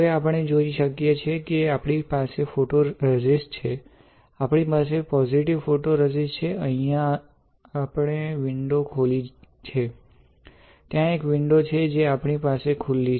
હવે આપણે જોઈ શકીએ છીએ કે આપણી પાસે પોજિટિવ ફોટોરેઝિસ્ટ છે આપણી પાસે પોજિટિવ ફોટોરેઝિસ્ટ છે અને અહીં આપણે વિન્ડો ખોલી છે ત્યાં એક વિન્ડો છે જે આપણી પાસે ખુલી છે